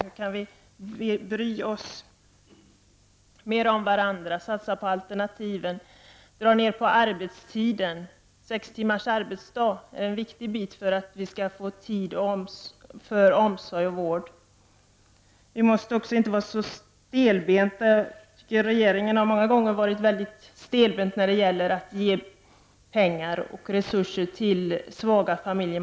Vi måste bry oss mer om varandra, satsa på alternativen och dra ned på arbetstiden. Sex timmars arbetsdag är en viktig del för att vi skall få tid för omsorg och vård. Jag tycker att regeringen många gånger har varit stelbent när det gäller att ge pengar och resurser till svaga familjer.